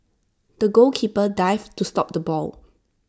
the goalkeeper dived to stop the ball